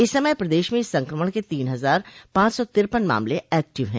इस समय प्रदेश में इस संक्रमण के तीन हजार पांच सौ तिरपन मामले एक्टिव है